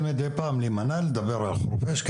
אני משתדל מדי פעם להימנע לדבר על חורפיש,